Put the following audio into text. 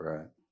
Right